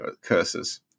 curses